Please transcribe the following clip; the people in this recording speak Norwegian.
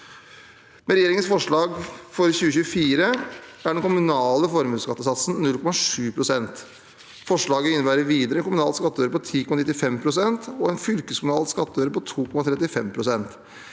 Med regjeringens forslag for 2024 er den kommunale formuesskattesatsen 0,7 pst. Forslaget innebærer videre en kommunal skattøre på 10,95 pst. og en fylkeskommunal skattøre på 2,35 pst.